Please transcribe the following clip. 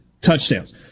touchdowns